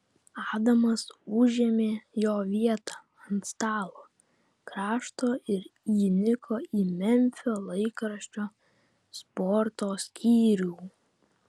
adamas užėmė jo vietą ant stalo krašto ir įniko į memfio laikraščio sporto skyrių